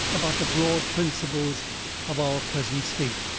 about the broad principles of our present state.